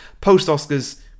post-Oscars